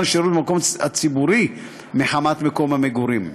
שירות במקום ציבורי מחמת מקום מגורים.